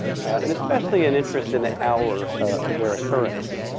and especially an interest in the hour of their occurrence,